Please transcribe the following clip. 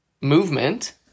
movement